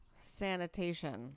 sanitation